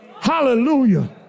hallelujah